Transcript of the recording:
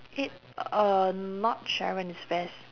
eh uh not sharon it's ves